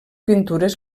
pintures